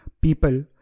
people